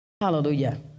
Hallelujah